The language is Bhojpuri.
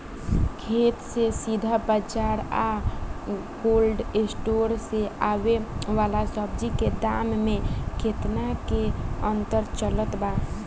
खेत से सीधा बाज़ार आ कोल्ड स्टोर से आवे वाला सब्जी के दाम में केतना के अंतर चलत बा?